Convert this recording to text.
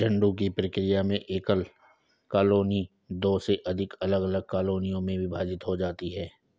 झुंड की प्रक्रिया में एक एकल कॉलोनी दो से अधिक अलग अलग कॉलोनियों में विभाजित हो जाती है